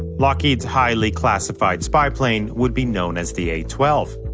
lockheed's highly-classified spy plane would be known as the a twelve.